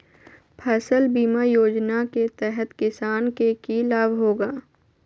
फसल बीमा योजना के तहत किसान के की लाभ होगा?